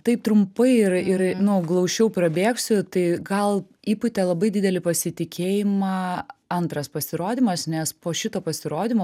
taip trumpai ir ir nu glausčiau prabėgsiu tai gal įpūtė labai didelį pasitikėjimą antras pasirodymas nes po šito pasirodymo